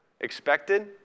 expected